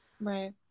right